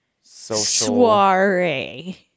soiree